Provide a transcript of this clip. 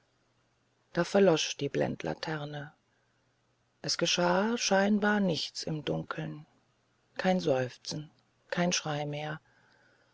dann verlosch die blendlaterne es geschah scheinbar nichts im dunkeln kein seufzen kein schrei mehr